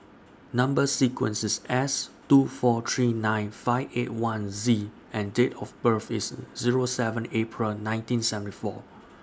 Number sequence IS S two four three nine five eight one Z and Date of birth IS Zero seven April nineteen seventy four